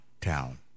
town